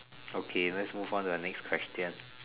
okay lets move on to the next question